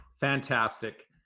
Fantastic